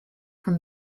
from